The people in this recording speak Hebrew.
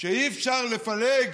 שאי-אפשר לפלג